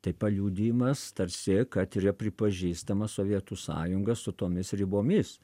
tai paliudijimas tarsi kad yra pripažįstama sovietų sąjunga su tomis ribomis